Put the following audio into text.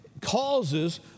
causes